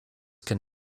can